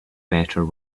better